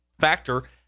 factor